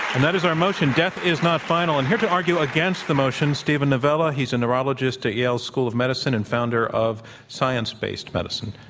and that is our motion, death is not final. and here to argue against the motion, steven novella. he's a neurologist at yale school of medicine and founder of science based medicine.